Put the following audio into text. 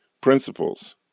principles